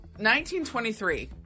1923